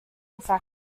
factory